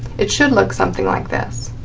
it should look something like this.